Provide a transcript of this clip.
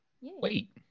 wait